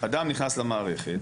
אדם נכנס למערכת,